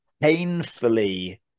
painfully